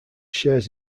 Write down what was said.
shares